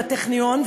בטכניון,